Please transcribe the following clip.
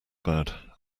bird